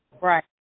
Right